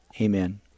Amen